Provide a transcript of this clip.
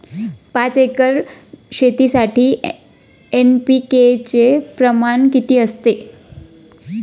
पाच एकर शेतजमिनीसाठी एन.पी.के चे प्रमाण किती असते?